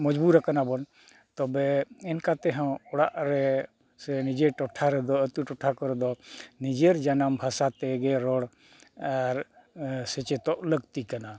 ᱢᱚᱡᱽᱵᱩᱨᱟᱠᱟᱱᱟ ᱵᱚᱱ ᱛᱚᱵᱮ ᱮᱢ ᱠᱟᱛᱮᱫ ᱦᱚᱸ ᱚᱲᱟᱜ ᱨᱮ ᱥᱮ ᱱᱤᱡᱮ ᱴᱚᱴᱷᱟ ᱨᱮᱫᱚ ᱟᱹᱛᱩ ᱴᱚᱴᱷᱟ ᱠᱚᱨᱮ ᱫᱚ ᱱᱤᱡᱮᱨ ᱡᱟᱱᱟᱢ ᱵᱷᱟᱥᱟ ᱛᱮᱜᱮ ᱨᱚᱲ ᱟᱨ ᱥᱮᱪᱮᱫᱚᱜ ᱞᱟᱹᱠᱛᱤ ᱠᱟᱱᱟ